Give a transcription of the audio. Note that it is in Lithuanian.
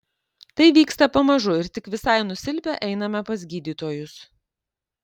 tai vyksta pamažu ir tik visai nusilpę einame pas gydytojus